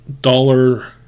dollar